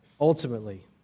ultimately